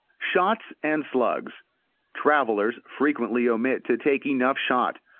shot and slugs travellers frequently omit to take enough shot,